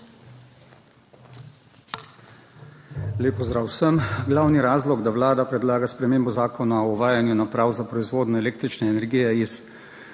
Lep pozdrav vsem! Glavni razlog, da Vlada predlaga spremembo Zakona o uvajanju naprav za proizvodnjo električne energije iz